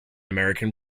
american